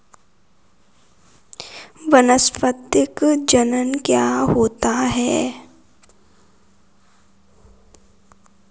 वानस्पतिक जनन क्या होता है?